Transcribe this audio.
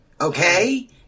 Okay